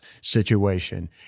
situation